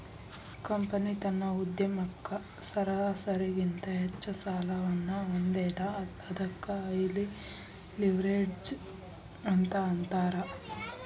company ತನ್ನ ಉದ್ಯಮಕ್ಕ ಸರಾಸರಿಗಿಂತ ಹೆಚ್ಚ ಸಾಲವನ್ನ ಹೊಂದೇದ ಅದಕ್ಕ ಹೈಲಿ ಲಿವ್ರೇಜ್ಡ್ ಅಂತ್ ಅಂತಾರ